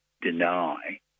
deny